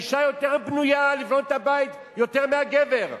האשה יותר בנויה לבנות את הבית, יותר מהגבר.